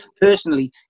personally